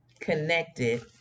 connected